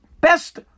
best